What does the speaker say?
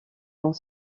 dans